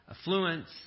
affluence